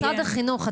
משרד החינוך,